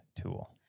tool